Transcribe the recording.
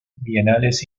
bienales